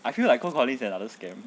I feel like cold calling is another scam